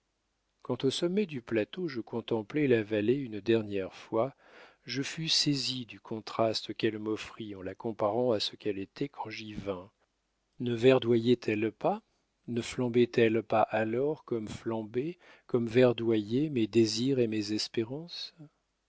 quand au sommet du plateau je contemplai la vallée une dernière fois je fus saisi du contraste qu'elle m'offrit en la comparant à ce qu'elle était quand j'y vins ne verdoyait elle pas ne flambait elle pas alors comme flambaient comme verdoyaient mes désirs et mes espérances